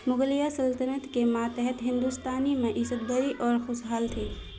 مغلیہ سلطنت کے ماتحت ہندوستانی معیشت بڑی اور خوشحال تھی